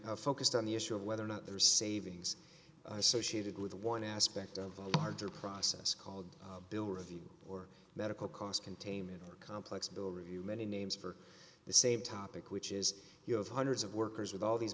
focused on the issue of whether or not there are savings associated with one aspect of the larger process called a bill review or medical cost containment or a complex bill review many names for the same topic which is you have hundreds of workers with all these